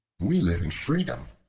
we live in freedom,